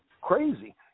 crazy